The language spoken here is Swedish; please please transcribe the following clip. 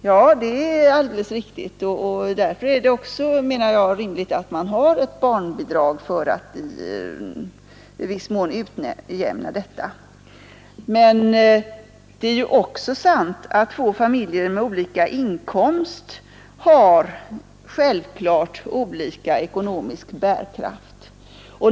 Ja, det är alldeles riktigt, och därför är det också rimligt att man har ett barnbidrag för att i viss mån utjämna detta. Men det är givetvis också sant att två familjer med olika inkomst har olika ekonomisk bärkraft.